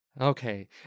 Okay